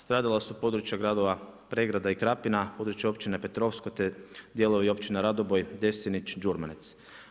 Stradala su područja gradova, pregrada i Krapina, područje općine Petrovsko, te dijelovi općina Radoboj, Desnić, Đurmanec.